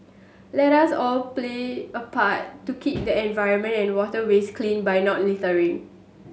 let us all play apart to keep the environment and waterways clean by not littering